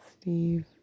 Steve